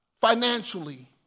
Financially